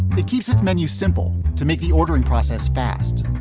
that keeps its menu simple to make the ordering process fast.